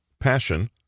Passion